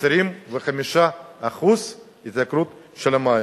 25% התייקרות של המים.